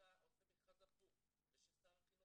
ושאתה עושה מכרז הפוך וששר החינוך קובע